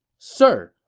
sir,